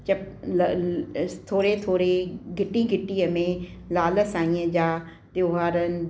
जब थोरे थोरे गिटी गिटीअ में लाल साईअ जा त्योहारनि